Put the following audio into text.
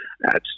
thats